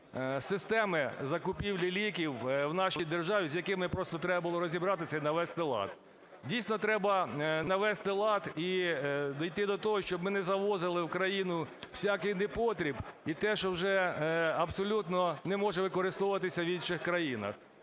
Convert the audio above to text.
системи закупівлі ліків у нашій державі, з якими просто треба було розібратися і навести лад. Дійсно, треба навести лад і дійти до того, щоб ми не завозили в країну всякий непотріб і те, що вже абсолютно не може використовуватися в інших країнах.